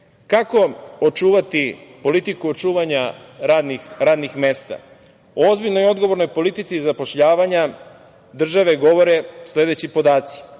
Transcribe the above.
evra. Kako očuvati politiku očuvanja radnih mesta? Ozbiljnoj i odgovornoj politici zapošljavanja države govore sledeći podaci.